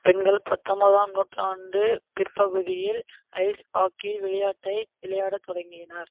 பெண்கள் பத்தொம்போதாம் நூற்றாண்டு பிற்பகுதியில் ஐஸ் ஹாக்கி விளையாட்டை விளையாட தொடங்கினார்